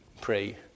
pray